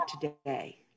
today